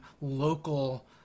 local